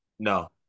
no